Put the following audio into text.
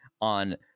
on